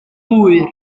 hwyr